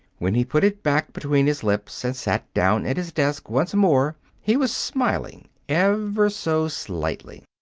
when he put it back between his lips and sat down at his desk once more he was smiling ever so slightly.